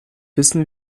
wissen